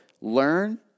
learn